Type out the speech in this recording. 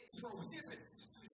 prohibits